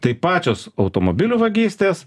tai pačios automobilių vagystės